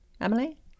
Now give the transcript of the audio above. Emily